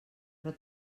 però